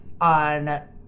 on